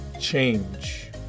change